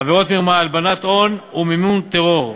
עבירות מרמה, הלבנת הון ומימון טרור.